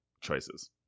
choices